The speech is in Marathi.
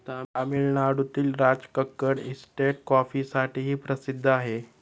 तामिळनाडूतील राजकक्कड इस्टेट कॉफीसाठीही प्रसिद्ध आहे